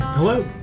Hello